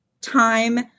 time